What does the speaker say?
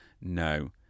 No